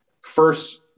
first